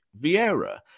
Vieira